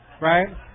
right